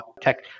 tech